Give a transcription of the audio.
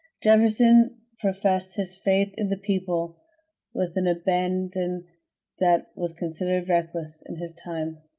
jefferson professed his faith in the people with an abandon that was considered reckless in his time.